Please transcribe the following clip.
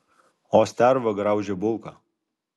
o sterva graužia bulką